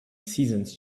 seasons